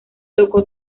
tocó